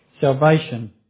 Salvation